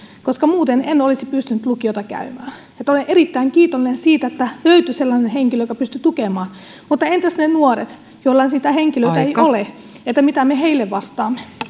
koska muuten en olisi pystynyt lukiota käymään olen erittäin kiitollinen siitä että löytyi sellainen henkilö joka pystyi tukemaan mutta entäs ne nuoret joilla sitä henkilöä ei ole mitä me heille vastaamme